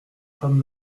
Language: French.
femme